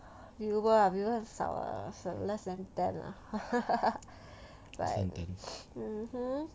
ah 如果 ah 比如很少 ah less than ten lah but mmhmm